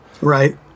right